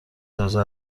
تازه